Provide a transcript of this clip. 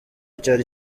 cyari